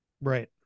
right